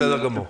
בסדר גמור.